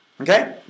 Okay